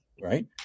right